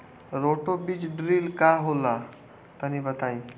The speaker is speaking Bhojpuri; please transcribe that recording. रोटो बीज ड्रिल का होला तनि बताई?